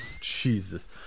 jesus